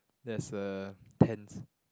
there's a tent